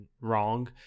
wrong